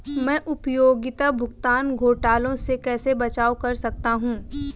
मैं उपयोगिता भुगतान घोटालों से कैसे बचाव कर सकता हूँ?